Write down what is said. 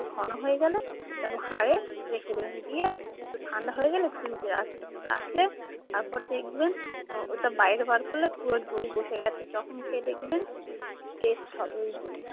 ঘন হয়ে গেলে একটা ভাঁড়ে রেখে দেবেন দিয়ে একটু ঠান্ডা হয়ে গেলে ফ্রিজে রাখবেন রাখলে তারপর দেখবেন ওটা বাইরে বার করলে পুরো দই বসে গেছে তখন খেয়ে দেখবেন টেস্ট হবে ওই দইটা